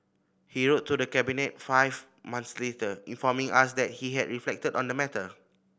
he wrote to the Cabinet five months later informing us that he had reflected on the matter